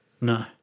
No